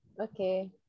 Okay